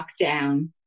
lockdown